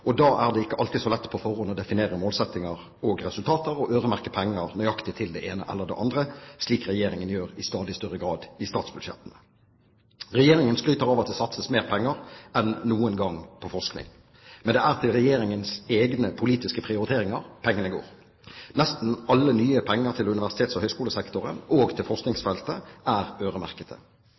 og da er det ikke alltid så lett på forhånd å definere målsettinger og resultater og øremerke penger nøyaktig til det ene eller det andre, slik Regjeringen gjør i stadig større grad i statsbudsjettene. Regjeringen skryter av at det satses mer penger på forskning enn noen gang. Men det er til Regjeringens egne politiske prioriteringer pengene går. Nesten alle nye penger til universitets- og høyskolesektoren og til forskningsfeltet er øremerkede.